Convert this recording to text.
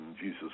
Jesus